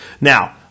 Now